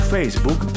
Facebook